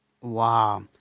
Wow